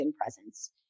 presence